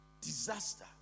Disaster